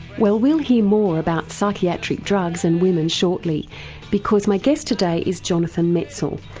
well we'll hear more about psychiatric drugs and women shortly because my guest today is jonathan metzl.